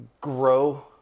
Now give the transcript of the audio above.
grow